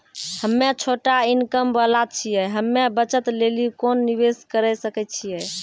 हम्मय छोटा इनकम वाला छियै, हम्मय बचत लेली कोंन निवेश करें सकय छियै?